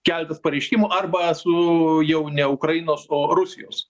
keletas pareiškimų arba su jau ne ukrainos o rusijos